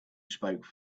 spoke